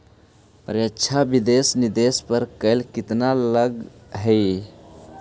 प्रत्यक्ष विदेशी निवेश पर कर केतना लगऽ हइ?